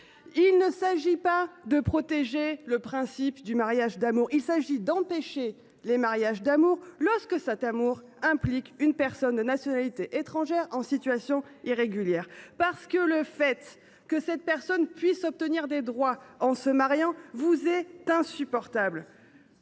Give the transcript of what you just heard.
Il s’agit non pas de protéger le principe du mariage d’amour, mais d’empêcher les mariages d’amour lorsque cet amour implique une personne de nationalité étrangère en situation irrégulière, parce que le fait que cette personne puisse obtenir des droits en se mariant vous est insupportable